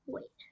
Wait